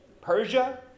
Persia